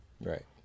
Right